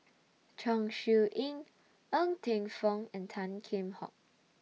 Chong Siew Ying Ng Teng Fong and Tan Kheam Hock